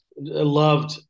loved